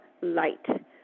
light